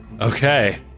Okay